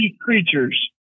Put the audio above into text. creatures